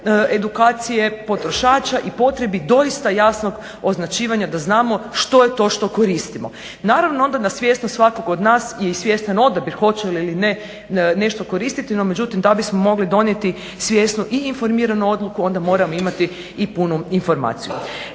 edukacije, potrošača i potrebi doista jasnog označivanja da znamo što je to što koristimo. Naravno onda na svijest svakog od nas je i svjestan odabir hoće li ili ne nešto koristiti no međutim da bismo mogli donijeti svjesnu i informiranu odluku onda moramo imati i punu informaciju.